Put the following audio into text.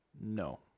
No